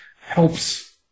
helps